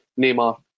Neymar